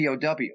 POW